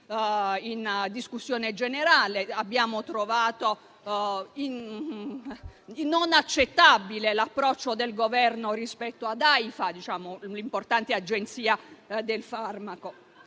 in discussione generale. Abbiamo trovato non accettabile l’approccio del Governo rispetto ad Aifa, l’importante agenzia del farmaco.